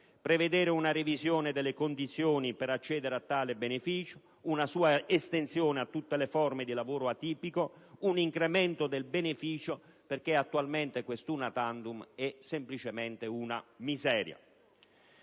prevedere una revisione delle condizioni per accedere a tale beneficio, una sua estensione a tutte le forme di lavoro atipico e un incremento del beneficio, perché attualmente questa *una tantum* è semplicemente una miseria.